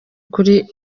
kuri